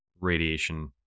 radiation